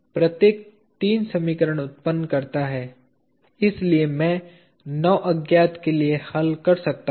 प्रत्येक 3 समीकरण उत्पन्न कर सकता है और इसलिए मैं 9 अज्ञात के लिए हल कर सकता हूं